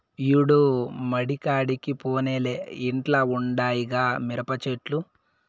యాడో మడికాడికి పోనేలే ఇంట్ల ఉండాయిగా మిరపచెట్లు